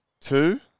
Two